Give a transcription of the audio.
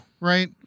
right